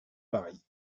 paris